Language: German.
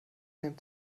nimmt